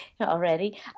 already